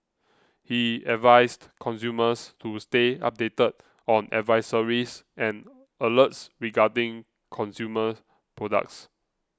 he advised consumers to stay updated on advisories and alerts regarding consumer products